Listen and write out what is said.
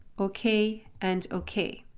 ok and ok.